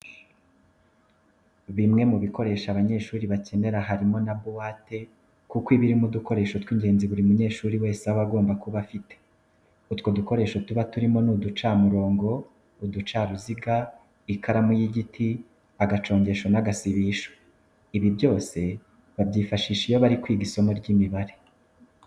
Bimwe mu bikoresho abanyeshuri bakenera harimo na buwate kuko iba irimo udukoresho tw'ingenzi buri munyeshuri wese aba agomba kuba afite. Utwo dukoresho tuba turimo ni uducamurongo, uducaruziga, ikaramu y'igiti, agacongesho n'agasibisho, ibi byose babyifashisha iyo bari kwiga isomo ry'imibare.